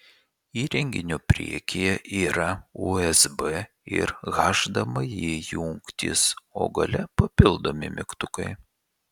įrenginio priekyje yra usb ir hdmi jungtys o gale papildomi mygtukai